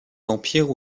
vampires